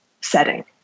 setting